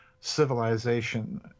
civilization